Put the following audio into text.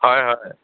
হয় হয়